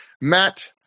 Matt